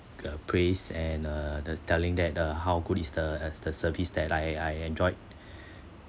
appraise and uh the telling that uh how good is the as the surface that I I enjoyed